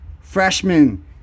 freshman